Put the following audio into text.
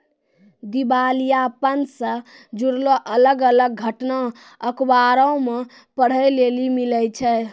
दिबालियापन से जुड़लो अलग अलग घटना अखबारो मे पढ़ै लेली मिलै छै